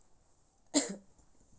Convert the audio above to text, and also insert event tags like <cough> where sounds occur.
<coughs>